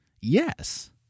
yes